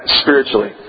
spiritually